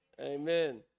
Amen